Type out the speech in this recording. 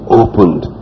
opened